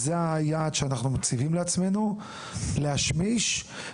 "זהו היעד שאנחנו מציבים לעצמנו כדי להשמיש את זה""?